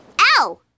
Ow